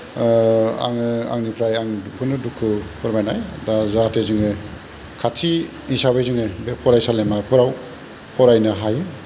आङो आंनिफ्राय आं बेखौनो दुखु फोरमायनाय दा जाहाथे जोङो खाथि हिसाबै जोङो बे फरायसालिमाफोराव फरायनो हायो